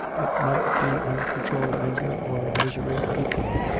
it might be uncontrolled anger or misery, equally.